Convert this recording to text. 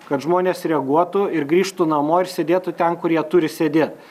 kad žmonės reaguotų ir grįžtų namo ir sėdėtų ten kur jie turi sėdėt